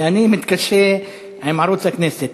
ואני מתקשה עם ערוץ הכנסת,